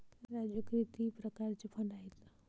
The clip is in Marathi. राजू किती प्रकारचे फंड आहेत?